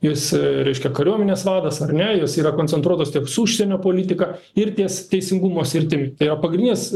jis reiškia kariuomenės vadas ar ne jos yra koncentruotos tiek su užsienio politika ir ties teisingumo sritimi tai va pagrindinės